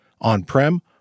on-prem